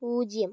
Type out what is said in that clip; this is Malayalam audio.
പൂജ്യം